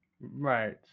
Right